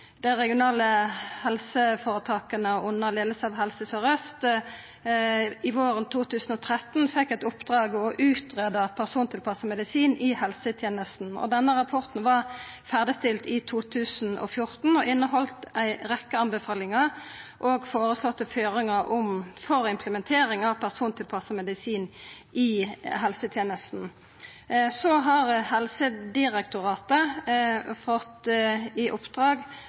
dei regionale helseføretaka under leiing av Helse Sør-Øst våren 2013 fekk i oppdrag å utgreia persontilpassa medisin i helsetenesta. Denne rapporten var ferdigstilt i 2014 og inneheld ei rekkje tilrådingar og føreslåtte føringar for å implementera persontilpassa medisin i helsetenesta. Så har Helsedirektoratet fått i oppdrag